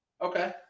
okay